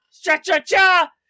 cha-cha-cha